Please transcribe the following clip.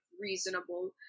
reasonable